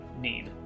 need